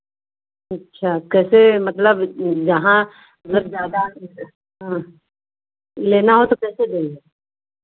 अच्छा कैसे मतलब यहाँ मतलब ज़्यादा लेना हो तो कैसे देंगे